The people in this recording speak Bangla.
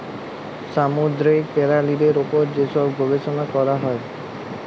সামুদ্দিরিক পেরালিদের উপর যে ছব গবেষলা ক্যরা হ্যয়